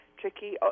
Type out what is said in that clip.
tricky